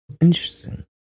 Interesting